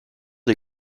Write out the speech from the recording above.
des